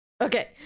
okay